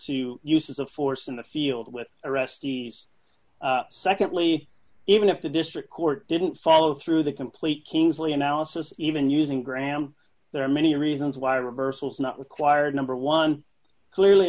to use of force in the field with arrestees secondly even if the district court didn't follow through the complete kingsley analysis even using graham there are many reasons why reversals not required number one clearly